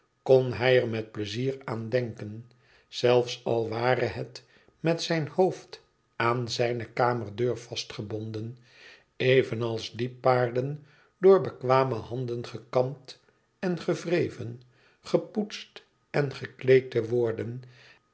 kon hij er met pleizier aan denken zelfs al ware het met zijn hoofd aan zijne kamerdeur vastgebonden evenals die paarden door bekwame handen gekamd en gewreven gepoetst en gekleed te worden